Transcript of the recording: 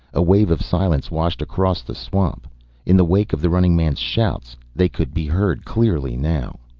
a wave of silence washed across the swamp in the wake of the running man's shouts. they could be heard clearly now.